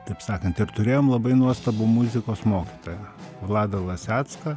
taip sakant ir turėjom labai nuostabų muzikos mokytoją vladą lasecką